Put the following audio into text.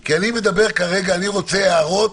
כי כרגע אני רוצה הערות